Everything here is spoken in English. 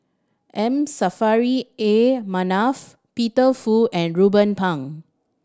M Saffri A Manaf Peter Fu and Ruben Pang